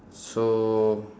so